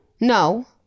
No